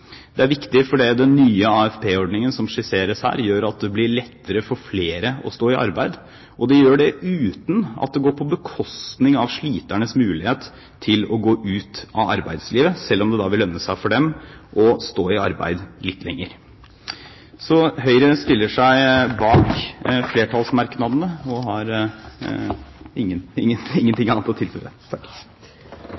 Det er viktig fordi den nye AFP-ordningen som skisseres her, gjør at det blir lettere for flere å stå i arbeid. Og det gjør det uten at det går på bekostning av sliternes mulighet til å gå ut av arbeidslivet, selv om det vil lønne seg for dem å stå i arbeid litt lenger. Høyre stiller seg derfor bak flertallsmerknadene og har